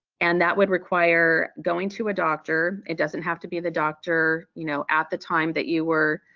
and that would require going to a doctor, it doesn't have to be the doctor you know at the time that you were